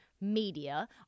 media